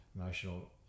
Emotional